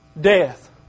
death